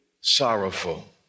sorrowful